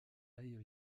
ayr